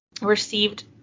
received